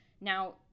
Now